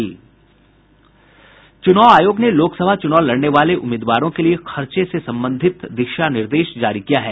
चुनाव आयोग ने लोकसभा चुनाव लड़ने वाले उम्मीदवारों के लिए खर्चे से संबंधित दिशा निर्देश जारी किया है